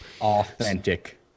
Authentic